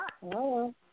Hello